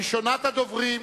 ראשונת הדוברים,